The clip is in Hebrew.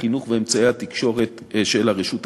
החינוך ואמצעי התקשורת של הרשות הפלסטינית.